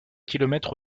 kilomètres